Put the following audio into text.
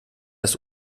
ist